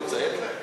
לא נמצאת כאן.